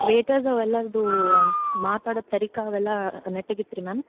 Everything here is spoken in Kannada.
ವೇಟರ್ಸ್ ಅವ್ರ್ ಎಲ್ಲರದು ಮಾತಾಡೋದ್ ತರೀಕಾ ಅವೆಲ್ಲ ನೆಟ್ಟಗಿತ್ತಾ ರೀ ಮ್ಯಾಮ್